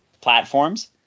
platforms